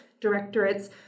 directorates